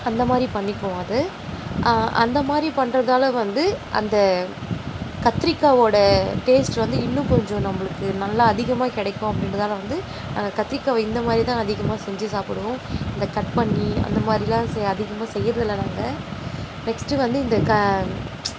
அந்த மாதிரி பண்ணிக்குவோம் அது அந்த மாதிரி பண்ணுறதால வந்து அந்த கத்திரிக்காவோடய டேஸ்ட் வந்து இன்னும் கொஞ்சம் நம்மளுக்கு நல்லா அதிகமாக கிடைக்கும் அப்படின்றதால வந்து கத்திரிக்காவை இந்த மாதிரி தான் அதிகமாக செஞ்சு சாப்பிடுவோம் இதை கட் பண்ணி அந்த மாதிரிலாம் செ அதிகமாக செய்கிறதில்ல நாங்கள் நெக்ஸ்ட்டு வந்து இந்த கா